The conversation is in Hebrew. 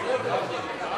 שהביא חבר הכנסת זאב